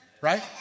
Right